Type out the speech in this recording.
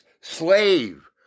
slave